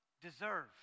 deserve